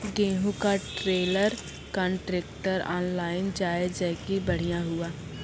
गेहूँ का trailer contractor online जाए जैकी बढ़िया हुआ